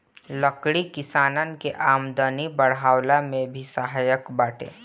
लकड़ी किसानन के आमदनी बढ़वला में भी सहायक बाटे